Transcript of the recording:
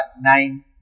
nine